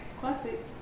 classic